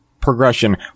progression